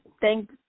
thank